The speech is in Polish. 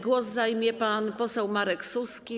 Głos zabierze pan poseł Marek Suski.